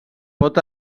pot